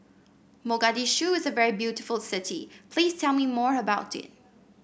Mogadishu is a very beautiful city please tell me more about it